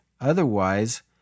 Otherwise